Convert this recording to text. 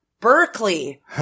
Berkeley